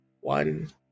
One